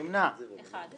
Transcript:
הצבעה בעד ההסתייגות 5 נגד,